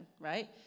right